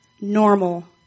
Normal